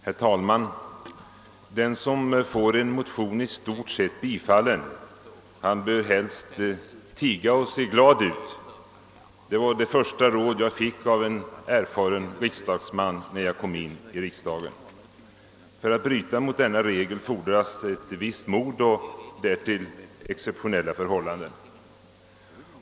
Herr talman! Den som får en motion i stort sett tillstyrkt bör helst tiga och se glad ut. Det var det första råd jag fick av en erfaren riksdagsman när jag kom in i riksdagen. För att bryta mot denna regel fordras ett visst mod och därtill exceptionella förhållanden.